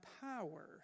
power